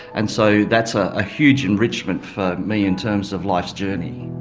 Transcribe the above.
and so that's a ah huge enrichment for me in terms of life's journey.